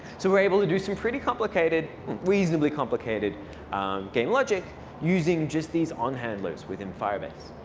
so we're able to do some pretty complicated reasonably complicated game logic using just these on handlers within firebase.